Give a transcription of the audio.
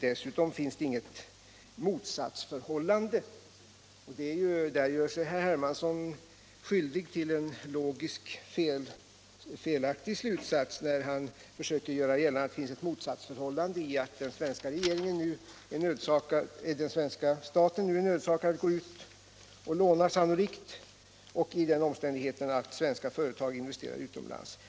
Herr Hermansson gör sig skyldig till en logiskt felaktig slutsats när han försöker göra gällande att det finns ett motsatsförhållande i det faktum att den svenska staten nu sannolikt är nödsakad att gå ut och låna och den omständigheten att svenska företag investerar utomlands.